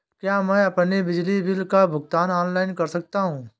क्या मैं अपने बिजली बिल का भुगतान ऑनलाइन कर सकता हूँ?